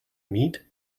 meat